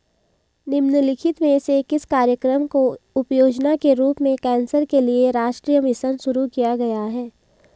निम्नलिखित में से किस कार्यक्रम को उपयोजना के रूप में कैंसर के लिए राष्ट्रीय मिशन शुरू किया गया है?